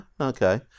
Okay